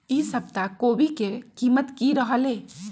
ई सप्ताह कोवी के कीमत की रहलै?